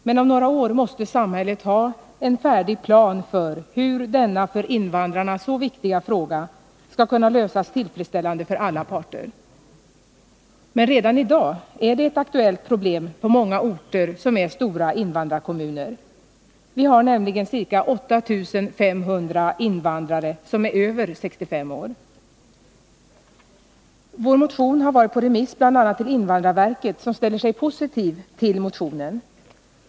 Men om några år måste samhället ha en färdig plan för hur denna för invandrarna så viktiga fråga skall kunna lösas tillfredsställande för alla parter. Men redan i dag är det ett aktuellt problem på många orter, som är stora invandrarkommuner. Vi har nämligen ca 8 500 invandrare som är över 65 år. Vår motion har varit på remiss bl.a. till invandrarverket, som ställer sig positivt till motionen.